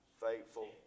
faithful